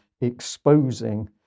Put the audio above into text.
exposing